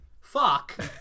fuck